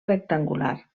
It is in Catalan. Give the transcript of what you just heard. rectangular